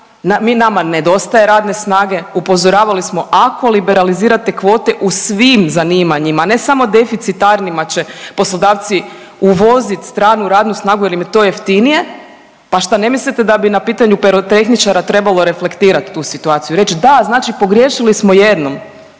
nama nedostaje radne snage. Upozoravali smo ako liberalizirate kvote u svim zanimanjima, ne samo deficitarnima će poslodavci uvozit stranu radnu snagu jer im je to jeftinije, pa šta ne mislite da bi na pitanju pirotehničara trebalo reflektirat tu situaciju i reć da znači pogriješili smo jednom,